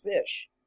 fish